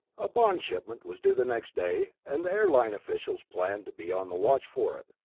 a bond shipment was due the next day, and the airline officials planned to be on the watch for it.